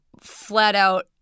flat-out